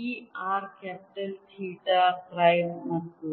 ಈ R capital theta prime ಮತ್ತು